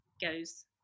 goes